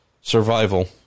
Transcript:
survival